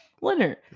Leonard